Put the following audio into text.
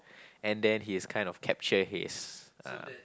and then he is kind of capture his uh